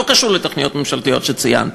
לא קשור לתוכניות הממשלתיות שציינתי,